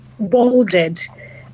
bolded